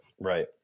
right